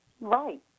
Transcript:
Right